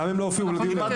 למה הם לא הופיעו לדיון היום?